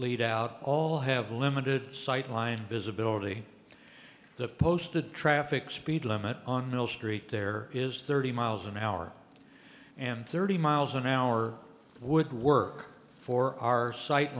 lead out all have limited sight line visibility the posted traffic speed limit on the street there is thirty miles an hour and thirty miles an hour would work for our si